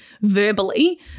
verbally